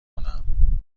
کنم